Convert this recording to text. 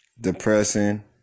depressing